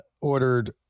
ordered